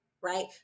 right